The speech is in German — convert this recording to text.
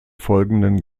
folgenden